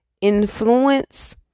influence